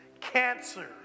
cancer